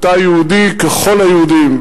אתה יהודי ככל היהודים,